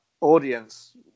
audience